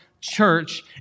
church